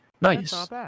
Nice